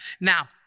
now